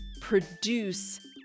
produce